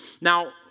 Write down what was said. Now